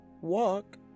walk